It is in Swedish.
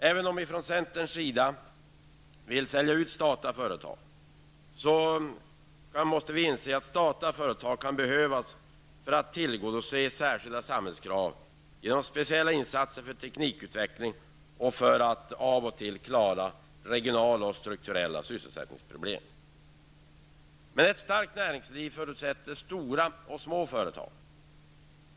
Även om vi från centerns sida vill sälja ut statliga företag, måste vi inse att statliga företag kan behövas för att tillgodose särskilda samhällsbehov genom specialinsatser för teknikutveckling och för att av och till klara regionala och strukturella sysselsättningsproblem. Men ett starkt näringsliv förutsätter stora och små företag.